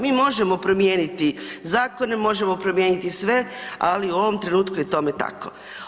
Mi možemo promijeniti zakone, možemo promijeniti sve, ali u ovom trenutku je tome tako.